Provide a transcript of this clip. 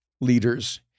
leaders